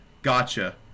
gotcha